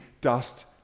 dust